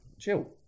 chill